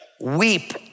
Weep